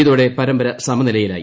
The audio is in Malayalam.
ഇതോടെ പരമ്പര സമനിലയിലായി